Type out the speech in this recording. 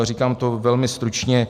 Říkám to velmi stručně.